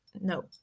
no